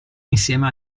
insieme